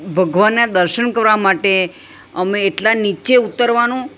ભગવાનના દર્શન કરવા માટે અમે એટલા નીચે ઉતરવાનું